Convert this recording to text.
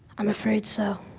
i'm afraid so,